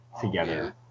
together